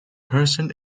person